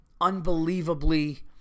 unbelievably